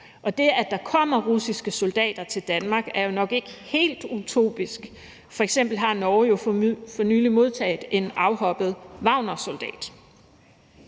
Og det, at der kommer russiske soldater til Danmark, er jo nok ikke helt utopisk. F.eks. har Norge for nylig modtaget en afhoppet soldat